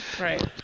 right